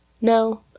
No